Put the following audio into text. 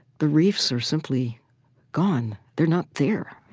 the reefs are simply gone. they're not there.